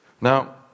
Now